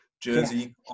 Jersey